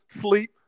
sleep